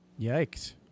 Yikes